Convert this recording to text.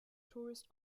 tourist